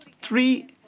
three